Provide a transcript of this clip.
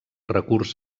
recurs